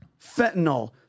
fentanyl